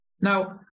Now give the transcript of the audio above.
Now